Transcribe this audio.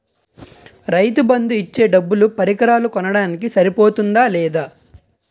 రైతు బందు ఇచ్చే డబ్బులు పరికరాలు కొనడానికి సరిపోతుందా లేదా?